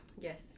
Yes